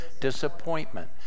disappointment